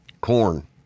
Corn